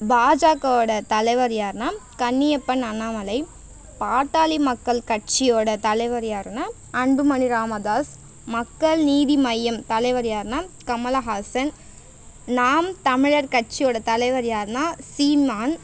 பாஜாகவோட தலைவர் யாருன்னால் கன்னியப்பன் அண்ணாமலை பாட்டாளி மக்கள் கட்சியோட தலைவர் யாருன்னால் அன்புமணி ராமதாஸ் மக்கள் நீதி மையம் தலைவர் யாருன்னால் கமலஹாசன் நாம் தமிழர் கட்சியோட தலைவர் யாருன்னால் சீமான்